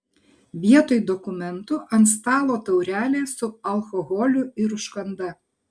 vietoj dokumentų ant stalo taurelės su alkoholiu ir užkanda